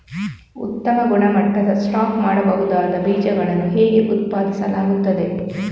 ಉತ್ತಮ ಗುಣಮಟ್ಟದ ಸ್ಟಾಕ್ ಮಾಡಬಹುದಾದ ಬೀಜಗಳನ್ನು ಹೇಗೆ ಉತ್ಪಾದಿಸಲಾಗುತ್ತದೆ